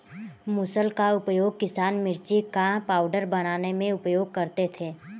मुसल का उपयोग किसान मिर्ची का पाउडर बनाने में उपयोग करते थे